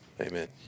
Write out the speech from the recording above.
amen